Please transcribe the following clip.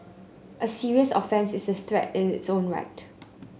a serious offence is a threat in its own right